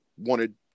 wanted